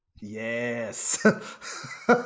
Yes